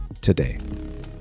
today